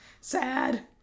Sad